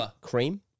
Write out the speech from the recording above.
Cream